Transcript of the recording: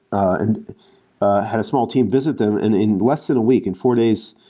and ah had a small team visit them. and in less than a week, in four days,